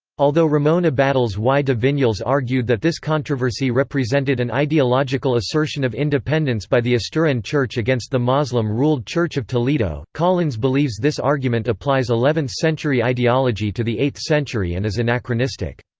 although ramon abadals y de vinyals argued that this controversy represented an ideological assertion of independence by the asturian church against the moslem-ruled church of toledo, collins believes this argument applies eleventh century ideology to the eighth century and is anachronistic.